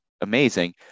amazing